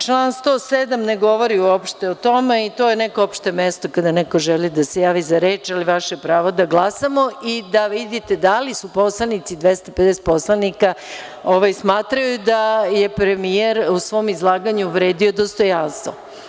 Član 107. ne govori uopšte o tome i to je neko opšte mesto kada neko želi da se javi za reč, ali vaše pravo je da glasamo i da vidite da li su poslanici, 250 poslanika smatraju da je premijer u svom izlaganju uvredio dostojanstvo.